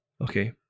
Okay